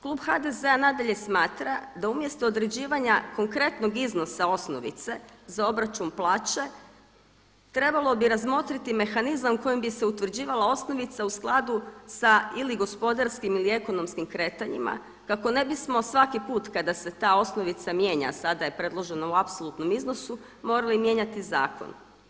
Klub HDZ-a nadalje smatra da umjesto određivanja konkretnog iznosa osnovice za obračun plaće trebalo bi razmotriti mehanizam kojim bi se utvrđivala osnovica u skladu sa ili gospodarskim ili ekonomskim kretanjima kako ne bismo svaki put kada se ta osnovica mijenja sada je predloženo u apsolutnom iznosu morali mijenjati zakon.